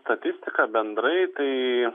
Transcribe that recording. statistika bendrai tai